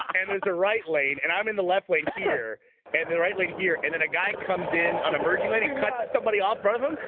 and there's the right lane, and i'm in the left lane here and the right lane here and then a guy comes in on emerging lady cut somebody off front of them.